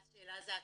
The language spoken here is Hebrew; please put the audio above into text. השאלה זה התהליך.